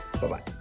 Bye-bye